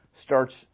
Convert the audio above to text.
starts